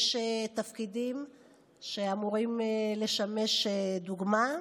יש תפקידים שאמורים לשמש דוגמה,